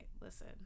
listen